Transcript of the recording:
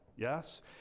Yes